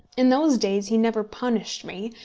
in those days he never punished me,